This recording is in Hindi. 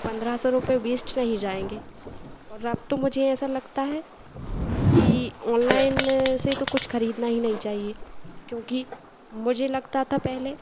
पंद्रह सौ रुपये वेस्ट नहीं जाएँगे और अब तो मुझे ऐसा लगता है कि ऑनलाइन से कुछ खरीदना ही नहीं चाहिए क्योंकि मुझे लगता था पहले